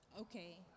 Okay